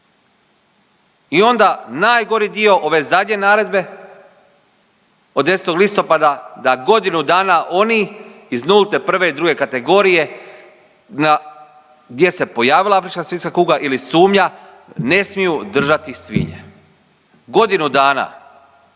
I onda najgori dio ove zadnje naredbe od 10. listopada da godinu dana oni iz nulte, 1. i 2. kategorije gdje se pojavila afrička svinjska kuga ili sumnja ne smiju držati svinje, godinu dana.